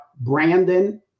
Brandon